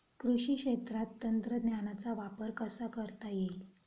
कृषी क्षेत्रात तंत्रज्ञानाचा वापर कसा करता येईल?